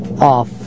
off